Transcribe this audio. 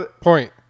Point